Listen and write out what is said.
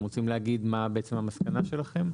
אתם רוצים להגיד מה המסקנה שלכם?